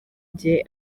gihe